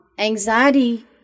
Anxiety